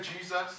Jesus